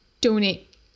donate